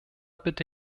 bitte